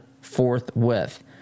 forthwith